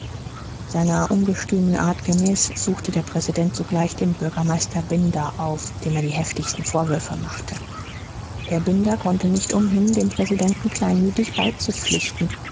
seiner ungestümen art gemäß suchte der präsident sogleich den bürgermeister binder auf dem er die heftigsten vorwürfe machte herr binder konnte nicht umhin dem präsidenten kleinmütig beizupflichten